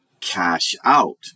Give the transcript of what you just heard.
cash-out